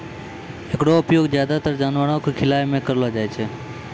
एकरो उपयोग ज्यादातर जानवरो क खिलाय म करलो जाय छै